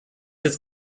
jetzt